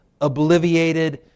Obliviated